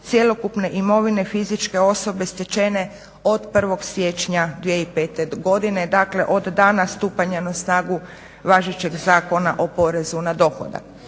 cjelokupne imovine fizičke osobe stečene od 1. siječnja 2005. godine. Dakle, od dana stupanja na snagu važećeg Zakona o porezu na dohodak.